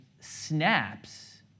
snaps